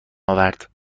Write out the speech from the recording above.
آورد